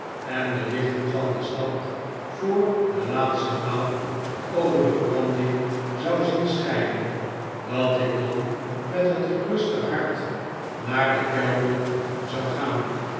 en de lichten van de stad voor de laatste maal over de branding zou zien schijnen dat ik dan met een geruster hart naar den kelder zou gaan